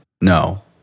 no